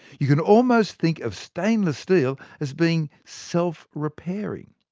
you can almost think of stainless steel as being self-repairing.